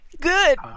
Good